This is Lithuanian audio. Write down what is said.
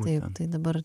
taip tai dabar